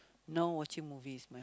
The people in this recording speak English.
now watching movies